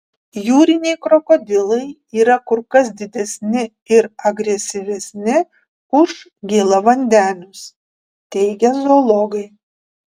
jūriniai krokodilai yra kur kas didesni ir agresyvesni už gėlavandenius teigia zoologai